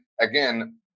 again